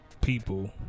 people